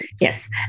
Yes